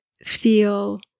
feel